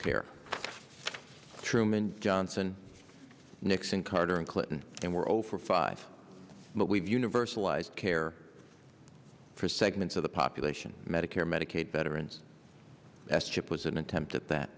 care truman johnson nixon carter and clinton and we're over five but we've universalized care for segments of the population medicare medicaid veterans s chip was an attempt at that